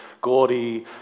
gaudy